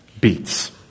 beats